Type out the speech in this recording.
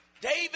David